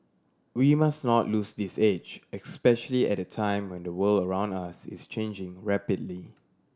we must not lose this edge especially at a time when the world around us is changing rapidly